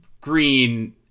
green